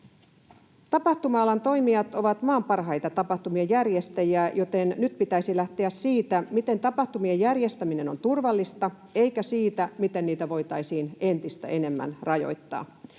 Tapahtuma-alan toimijat ovat maan parhaita tapahtumien järjestäjiä, joten nyt pitäisi lähteä siitä, miten tapahtumien järjestäminen on turvallista, eikä siitä, miten niitä voitaisiin entistä enemmän rajoittaa.